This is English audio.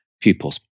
pupils